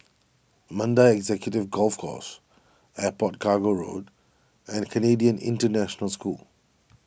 Mandai Executive Golf Course Airport Cargo Road and Canadian International School